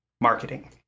marketing